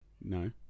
No